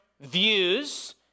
views